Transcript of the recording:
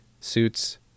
suits